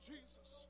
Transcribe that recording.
Jesus